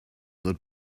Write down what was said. that